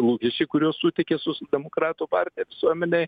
lūkesčiai kuriuos suteikė sosialdemokratų partija visuomenei